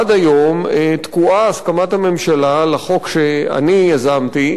עד היום תקועה הסכמת הממשלה לחוק שאני יזמתי